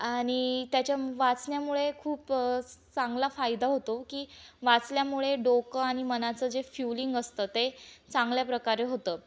आणि त्याच्या वाचण्यामुळे खूप चांगला फायदा होतो की वाचल्यामुळे डोकं आणि मनाचं जे फ्युलिंग असतं ते चांगल्या प्रकारे होतं